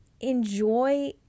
Enjoy